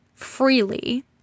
freely